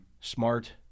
smart